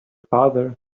father